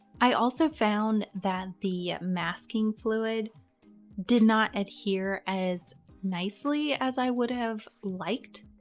i also found that the masking fluid did not adhere as nicely as i would have liked.